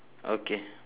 okay